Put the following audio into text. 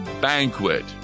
banquet